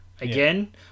again